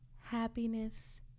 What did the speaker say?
happiness